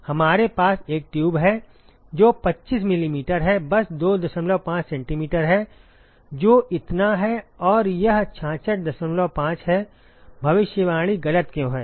हमारे पास एक ट्यूब है जो 25 मिलीमीटर है बस 25 सेंटीमीटर है जो इतना है और यह 665 है भविष्यवाणी गलत क्यों है